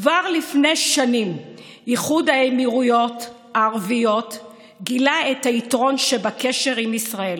כבר לפני שנים איחוד האמירויות הערביות גילה את היתרון שבקשר עם ישראל.